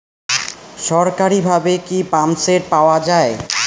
সরকারিভাবে কি পাম্পসেট পাওয়া যায়?